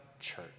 church